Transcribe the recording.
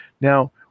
Now